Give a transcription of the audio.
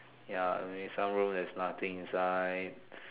ya I mean some room has nothing inside